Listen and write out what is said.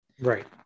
Right